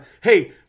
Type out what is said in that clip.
hey